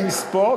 יש מספוא?